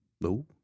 No